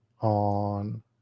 on